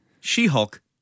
She-Hulk